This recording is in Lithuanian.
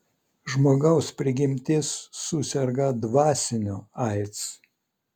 žmogaus prigimtis suserga dvasiniu aids